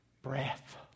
Breath